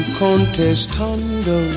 contestando